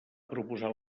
proposar